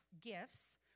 gifts